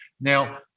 Now